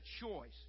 choice